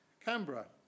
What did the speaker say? Canberra